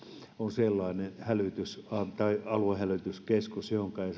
sellainen aluehälytyskeskus johonka ei